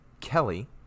Kelly